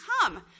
come